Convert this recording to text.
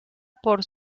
por